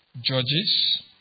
Judges